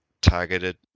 targeted